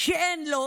שאין לו